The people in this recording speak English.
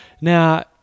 Now